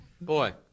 Boy